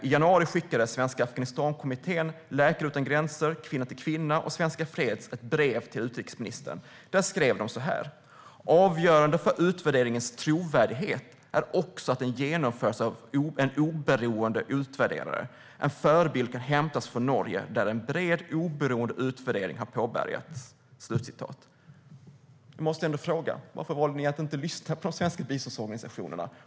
I januari skickade Svenska Afghanistankommittén, Läkare Utan Gränser, Kvinna till Kvinna och Svenska Freds ett brev till utrikesministern där de skrev: "Avgörande för utvärderingens trovärdighet är också att den genomförs av en oberoende utvärderare. En förebild kan hämtas från Norge där en bred oberoende utvärdering har påbörjats." Jag måste fråga utrikesministern: Varför valde ni att inte lyssna på de svenska biståndsorganisationerna?